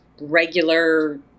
regular